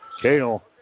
Kale